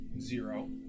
zero